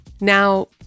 Now